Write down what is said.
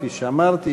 כפי שאמרתי,